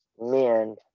men